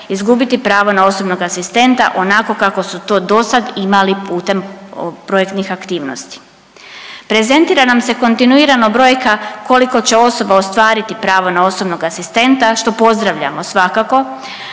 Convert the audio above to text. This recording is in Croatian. izgubiti pravo na osobnog asistenta onako kako su to dosad imali putem projektnih aktivnosti. Prezentira nam se kontinuirano brojka koliko će osoba ostvariti pravo na osobnog asistenta, što pozdravljamo svakako,